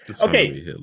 Okay